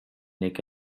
nick